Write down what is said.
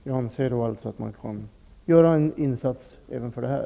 Jag anser alltså att man borde kunna göra en insats även här.